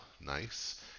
nice